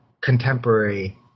contemporary